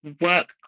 work